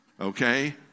okay